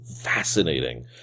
fascinating